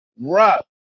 rock